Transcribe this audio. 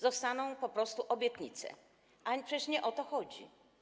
Zostaną po prostu obietnice, a przecież nie o to chodzi.